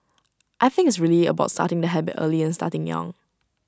I think it's really about starting the habit early and starting young